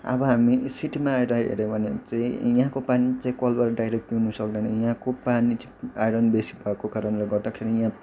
अब हामी सिटीमा आएर हेऱ्यौँ भने चाहिँ यहाँको पानी चाहिँ कलबाट डाइरेक्ट पिउन सक्दैन यहाँको पानी चाहिँ आइरन बेसी भएको कारणले गर्दाखेरि यहाँ